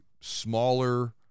smaller